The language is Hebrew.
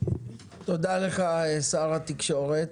תודה לך, שר התקשורת.